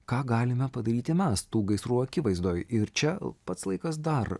ką galime padaryti mes tų gaisrų akivaizdoj ir čia pats laikas dar